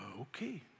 Okay